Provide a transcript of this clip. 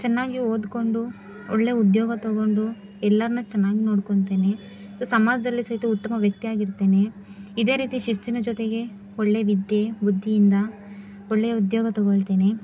ಚೆನ್ನಾಗಿ ಓದಿಕೊಂಡು ಒಳ್ಳೆಯ ಉದ್ಯೋಗ ತೊಗೊಂಡು ಎಲ್ಲರನ್ನ ಚೆನ್ನಾಗಿ ನೋಡ್ಕೋತೀನಿ ಸಮಾಜದಲ್ಲಿ ಸಹಿತ ಉತ್ತಮ ವ್ಯಕ್ತಿಯಾಗಿರ್ತೀನಿ ಇದೇ ರೀತಿ ಶಿಸ್ತಿನ ಜೊತೆಗೆ ಒಳ್ಳೆಯ ವಿದ್ಯೆ ಬುದ್ಧಿಯಿಂದ ಒಳ್ಳೆಯ ಉದ್ಯೋಗ ತೊಗೊಳ್ತೀನಿ